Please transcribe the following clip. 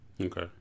Okay